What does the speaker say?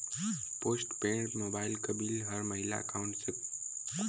Post paid mobile क bill हर महिना एकाउंट से खुद से कटे क कौनो तरीका ह का?